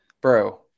Bro